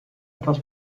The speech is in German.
etwas